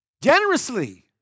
Generously